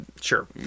sure